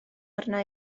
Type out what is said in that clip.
arna